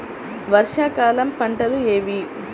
వర్షాకాలం పంటలు ఏవి?